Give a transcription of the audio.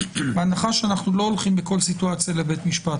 בהנחה שאנחנו לא הולכים בכל סיטואציה לבית משפט,